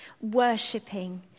worshipping